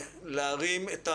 להרים את הכפפה,